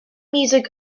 music